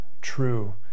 true